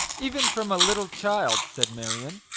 even from a little child, said marion,